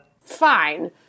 fine